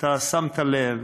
שמת לב